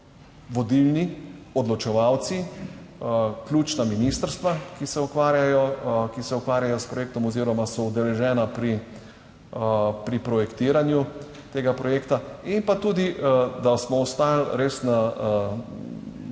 vodilni odločevalci, ključna ministrstva, ki se ukvarjajo, ki se ukvarjajo s projektom oziroma so udeležena pri, pri projektiranju tega projekta in pa tudi, da smo ostali res na